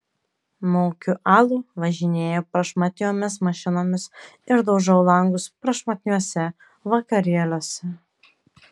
maukiu alų važinėju prašmatniomis mašinomis ir daužau langus prašmatniuose vakarėliuose